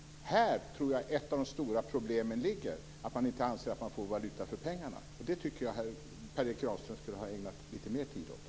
Här tror jag att ett av de stora problemen ligger; att man inte tycker att man får valuta för pengarna. Det tycker jag att Per Erik Granström skulle ha ägnat lite mer tid åt.